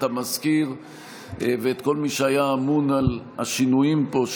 המזכיר ואת כל מי שהיה אמון על השינויים פה,